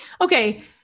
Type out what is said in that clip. okay